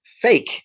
fake